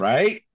Right